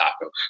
taco